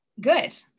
good